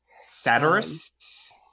Satirists